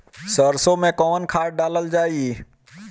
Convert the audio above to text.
सरसो मैं कवन खाद डालल जाई?